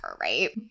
right